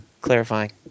Clarifying